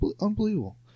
Unbelievable